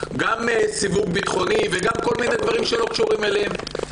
גם סיווג ביטחוני וגם כל מיני דברים שלא קשורים אליהם.